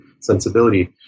sensibility